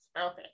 Okay